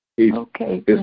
Okay